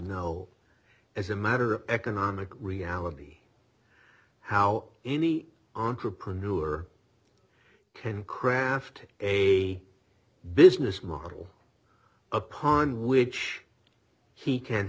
know as a matter of economic reality how any entrepreneur can craft a business model upon which he can